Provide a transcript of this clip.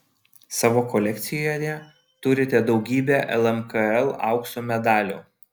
savo kolekcijoje turite daugybę lmkl aukso medalių